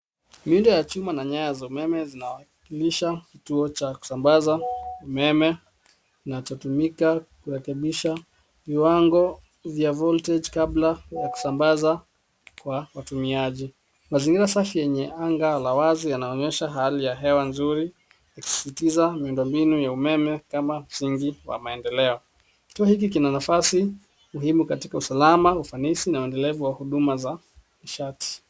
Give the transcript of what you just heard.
Miundo ya chuma na nyaya za umeme zinawakilisha kituo cha kusambaza umeme, kinachotumika kurekebisha viwango vya voltage kabla ya kusambaza kwa watumiaji. Mazingira safi yenye anga la wazi yanaonyesha hali ya hewa nzuri ikisisitiza miundombinu ya umeme kama msingi wa maendeleo. Kituo hiki kina nafasi muhimu katika usalama, ufanisi na uendelevu wa huduma za nishati.